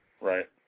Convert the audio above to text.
Right